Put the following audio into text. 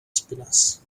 spinners